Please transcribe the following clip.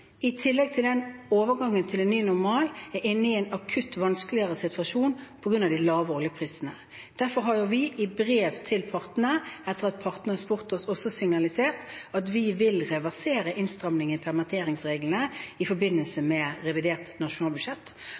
i tillegg til overgangen til en ny normal, er inne i en akutt vanskeligere situasjon på grunn av de lave oljeprisene. Derfor har vi i brev til partene etter at partene har spurt oss, også signalisert at vi vil reversere innstramningen i permitteringsreglene i forbindelse med revidert nasjonalbudsjett.